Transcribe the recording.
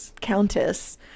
countess